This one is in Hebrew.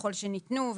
ככל שניתנו,